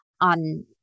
on